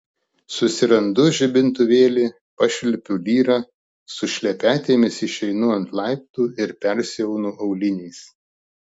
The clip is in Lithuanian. susirandu žibintuvėlį pašvilpiu lyrą su šlepetėmis išeinu ant laiptų ir persiaunu auliniais